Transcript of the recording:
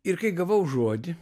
ir kai gavau žodį